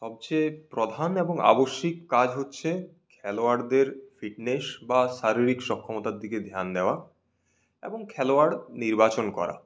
সবচেয়ে প্রধান এবং আবশ্যিক কাজ হচ্ছে খেলোয়াড়দের ফিটনেস বা শারীরিক সক্ষমতার দিকে ধ্যান দেওয়া এবং খেলোয়াড় নির্বাচন করা